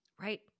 Right